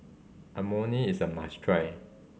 Imoni is a must try